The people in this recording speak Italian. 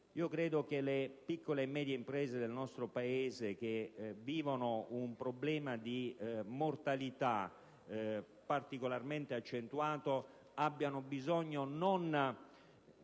piuttosto che le piccole e medie imprese del nostro Paese, che vivono un problema di "mortalità" particolarmente accentuato, abbiano bisogno non